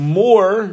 more